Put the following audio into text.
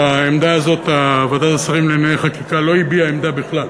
על העמדה הזאת ועדת השרים לענייני חקיקה לא הביעה עמדה בכלל,